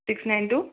six nine two